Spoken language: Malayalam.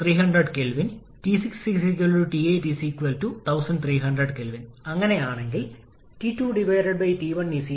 ഡയഗ്രം നോക്കൂ യഥാർത്ഥ ജോലി T4 ആനുപാതികമായിരിക്കണം −T5 അനുയോജ്യമായ ജോലി T4 ന് ആനുപാതികമായിരിക്കണംഅതിനാൽ ഇപ്പോൾ നമ്മൾക്ക് കംപ്രസ്സർ നിർദ്ദിഷ്ട വർക്ക് ആവശ്യമുള്ള ജോലി ഉണ്ട്